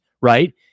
right